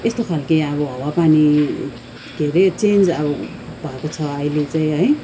यस्तो खालके अब हावापानी के रे चेन्ज अब भएको छ अहिले चाहिँ है